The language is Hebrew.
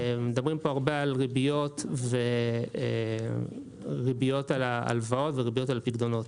מדברים פה הרבה על ריביות על הלוואות ועל ריביות על פיקדונות.